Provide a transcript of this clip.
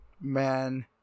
man